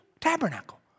tabernacle